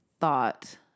thought